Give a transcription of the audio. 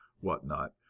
whatnot